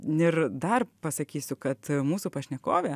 ir dar pasakysiu kad mūsų pašnekovė